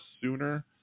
sooner